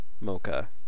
Mocha